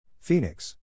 Phoenix